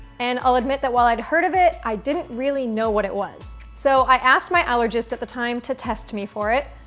and i'll admit while i'd heard of it, i didn't really know what it was. so, i asked my allergist at the time to test me for it,